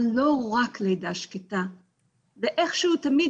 אבל לא רק לידה שקטה ואיך שהוא תמיד,